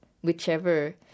whichever